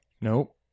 Nope